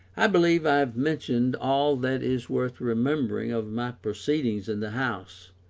i believe i have mentioned all that is worth remembering of my proceedings in the house.